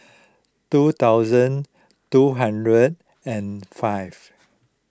two thousand two hundred and five